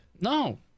no